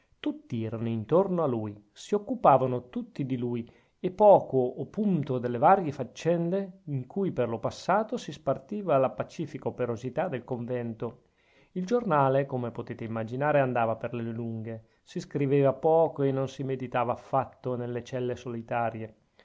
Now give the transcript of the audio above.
tutti erano intorno a lui si occupavano tutti di lui e poco o punto delle varie faccende in cui per lo passato si spartiva la pacifica operosità del convento il giornale come potete immaginare andava per le lunghe si scriveva poco e non si meditava affatto nelle celle solitarie